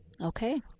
Okay